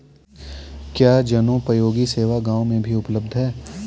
क्या जनोपयोगी सेवा गाँव में भी उपलब्ध है?